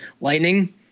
lightning